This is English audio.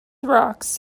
rocks